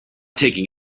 taking